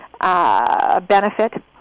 Benefit